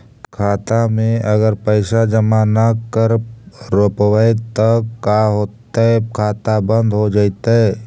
खाता मे अगर पैसा जमा न कर रोपबै त का होतै खाता बन्द हो जैतै?